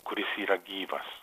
kuris yra gyvas